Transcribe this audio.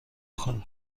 کنیم